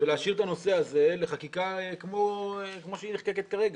ולהשאיר את הנושא הזה לחקיקה כמו שהיא נחקקת כרגע,